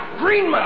green